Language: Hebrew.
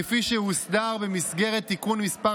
כפי שהוסדר במסגרת תיקון מס'